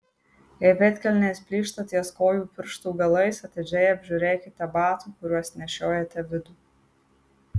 jei pėdkelnės plyšta ties kojų pirštų galais atidžiai apžiūrėkite batų kuriuos nešiojate vidų